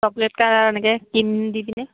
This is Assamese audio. চকলেট কালাৰ এনেকৈ ক্ৰীম দি পিনে